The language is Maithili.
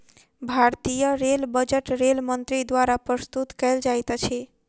भारतीय रेल बजट रेल मंत्री द्वारा प्रस्तुत कयल जाइत अछि